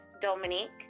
Dominique